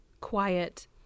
quiet